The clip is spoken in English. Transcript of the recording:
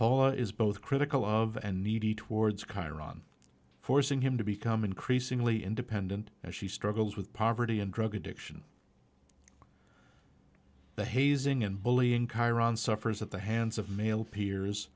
paula is both critical of and needy towards kyron forcing him to become increasingly independent as she struggles with poverty and drug addiction the hazing and bullying kyron suffers at the hands of male peers